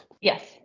Yes